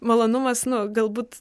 malonumas nu galbūt